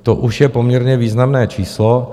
To už je poměrně významné číslo.